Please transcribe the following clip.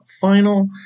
final